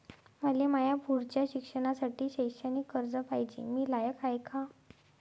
मले माया पुढच्या शिक्षणासाठी शैक्षणिक कर्ज पायजे, मी लायक हाय का?